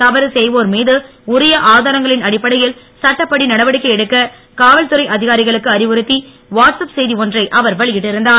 தவறு செய்வோர் மீது உரிய ஆதாரங்களின் அடிப்படையில் சட்டப்படி நடவடிக்கை எடுக்க காவல்துறை அதிகாரிகளுக்கு அறிவுறுத்தி வாட்ஸ்ஆப் செய்தி ஒன்றை அவர் வெளியிட்டு இருந்தார்